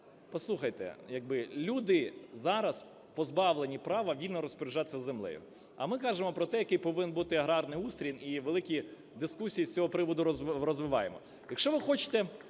Послухайте, люди зараз позбавлені права вільно розпоряджатися землею. А ми кажемо про те, який повинен бути аграрний устрій і великі дискусії з цього приводу розвиваємо.